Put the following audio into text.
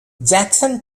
jackson